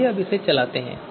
आइए अब इसे चलाते हैं